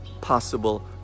possible